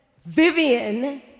Vivian